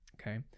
Okay